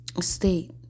state